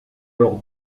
leurs